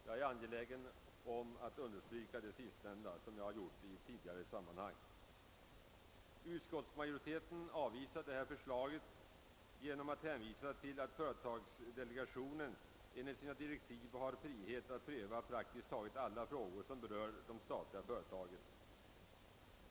Jag är angelägen om att understryka det sistnämnda, vilket jag gjort även i tidigare sammanhang. Utskottsmajoriteten avvisar detta förslag genom att erinra om att företagsdelegationen enligt sina direktiv har frihet att pröva alla frågor som berör de statliga företagen.